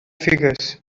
figures